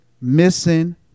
Missing